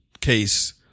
case